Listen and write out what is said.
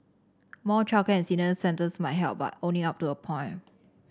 more childcare and senior centres might help but only up to a point